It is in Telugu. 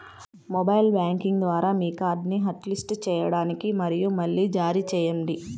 మొబైల్ బ్యాంకింగ్ ద్వారా మీ కార్డ్ని హాట్లిస్ట్ చేయండి మరియు మళ్లీ జారీ చేయండి